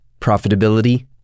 profitability